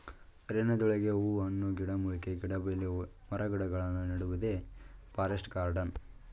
ಅರಣ್ಯದೊಳಗೆ ಹೂ ಹಣ್ಣು, ಗಿಡಮೂಲಿಕೆ, ಗಿಡಬಳ್ಳಿ ಮರಗಿಡಗಳನ್ನು ನೆಡುವುದೇ ಫಾರೆಸ್ಟ್ ಗಾರ್ಡನ್